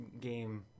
game